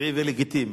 טבעי ולגיטימי.